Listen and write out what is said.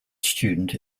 student